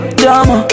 drama